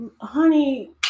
honey